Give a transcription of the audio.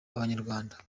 abanyarwanda